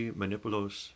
manipulos